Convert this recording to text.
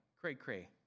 cray-cray